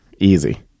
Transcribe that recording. Easy